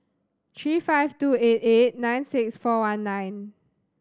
three five two eight eight nine six four one nine